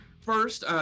First